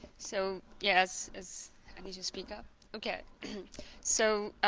so yes as i need to speak up okay so